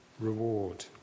reward